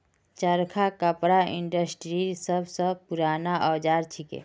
चरखा कपड़ा इंडस्ट्रीर सब स पूराना औजार छिके